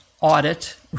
audit